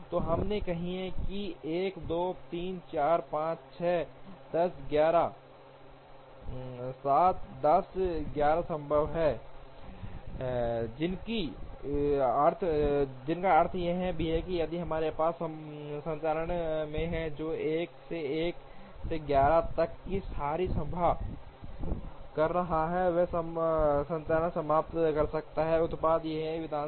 तो हम कहेंगे कि १ २ ३ ४ ५ ६ 10 11 ९ १० ११ संभव है जिसका अर्थ यह भी है कि यदि हमारे पास एक संचालक है जो १ से १ से ११ तक की सारी सभा कर रहा है तो संचालक समाप्त कर सकता है उत्पाद या एक विधानसभा